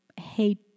hate